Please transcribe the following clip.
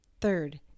Third